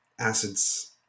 acids